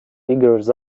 figures